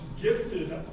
gifted